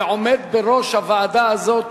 ועומד בראש הוועדה הזאת